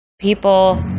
people